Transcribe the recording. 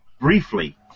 briefly